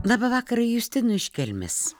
labą vakarą justinui iš kelmės